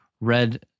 red